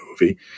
movie